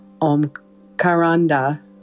Omkaranda